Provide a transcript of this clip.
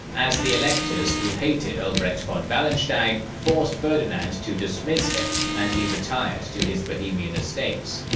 as the electors who hated albrecht von wallenstein forced ferdinand to dismiss him, and he retired to his bohemian estates.